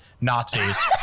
Nazis